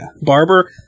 barber